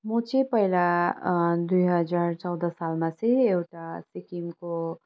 म चाहिँ पहिला दुई हजार चौध सालमा चाहिँ एउटा सिक्किमको